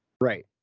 Right